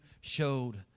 showed